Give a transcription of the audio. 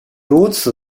如此